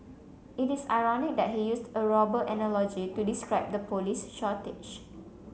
it is ironic that he used a robber analogy to describe the police shortage